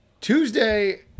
Tuesday